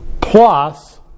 plus